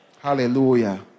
Hallelujah